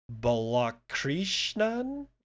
Balakrishnan